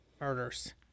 murders